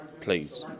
please